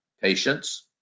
patients